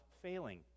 failing